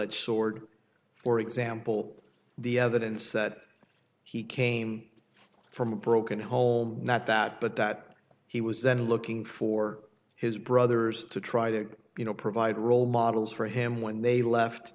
edged sword for example the evidence that he came from a broken hole not that but that he was then looking for his brothers to try to you know provide role models for him when they left